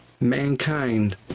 mankind